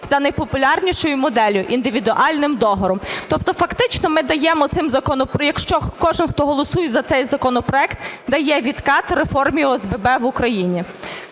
за найпопулярнішою моделлю – індивідуальним договором. Тобто фактично ми даємо цим законопроектом, якщо кожен, хто голосує за цей законопроект, дає відкат реформі ОСББ в Україні.